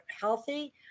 healthy